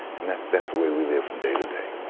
and that's that's the way we live from day to day.